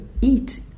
eat